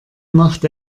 machte